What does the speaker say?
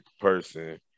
person